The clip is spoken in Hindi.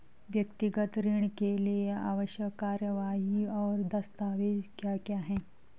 व्यक्तिगत ऋण के लिए आवश्यक कार्यवाही और दस्तावेज़ क्या क्या हैं?